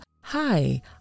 hi